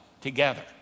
together